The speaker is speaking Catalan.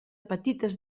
petites